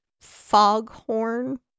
foghorn